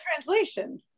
translation